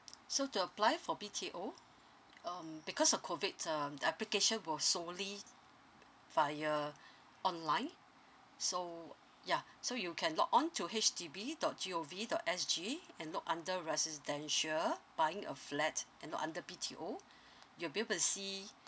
so to apply for B_T_O um because of COVID um the application will solely via online so yeah so you can log on to H D B dot G O V dot S G and look under residential buying a flat and look under B_T_O you'll be able to see